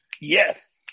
yes